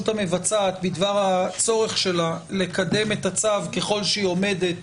המבצעת בדבר הצורך שלה לקדם את הצו ככל שהיא עומדת